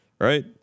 Right